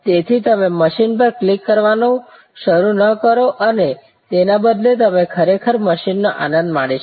તેથી તમે મશીન પર ક્લિક કરવાનું શરૂ ન કરો અને તેના બદલે તમે ખરેખર મશીન નો આનંદ મણી શકો